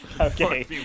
Okay